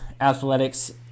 Athletic's